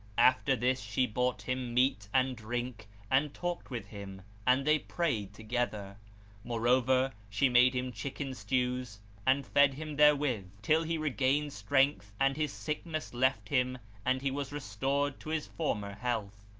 after this, she brought him meat and drink and talked with him and they prayed together moreover, she made him chicken stews and fed him therewith, till he regained strength and his sickness left him and he was restored to his former health.